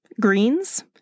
greens